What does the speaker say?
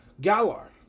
Galar